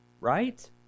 Right